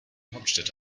hauptstädte